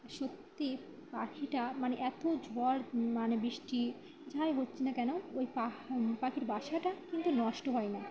সত্যি পাখিটা মানে এত ঝড় মানে বৃষ্টি যাই হচ্ছে না কেন ওই পাখির বাসাটা কিন্তু নষ্ট হয় না